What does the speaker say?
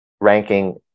ranking